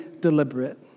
deliberate